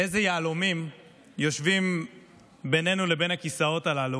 איזה יהלומים יושבים בינינו בכיסאות הללו.